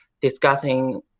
discussing